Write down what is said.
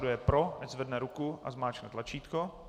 Kdo je pro, ať zvedne ruku a zmáčkne tlačítko.